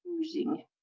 using